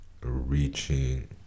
reaching